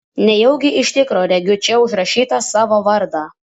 nejaugi iš tikro regiu čia užrašytą savo vardą